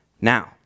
Now